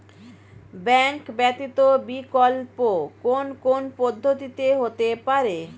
Bank ব্যতীত বিকল্প কোন কোন পদ্ধতিতে হতে পারে?